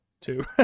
Two